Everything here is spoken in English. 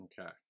Okay